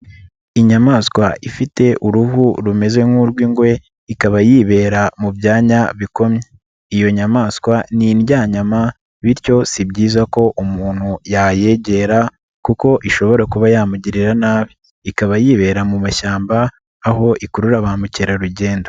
Inyamaswa ifite uruhu rumeze nk'urw'ingwe ikaba yibera mu byanya bikomye, iyo nyamaswa ni indyanyama bityo si byiza ko umuntu yayegera kuko ishobora kuba yamugirira nabi, ikaba yibera mu mashyamba aho ikurura ba mukerarugendo.